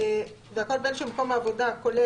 לדעתי, מספיק "עובדיו".